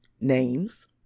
names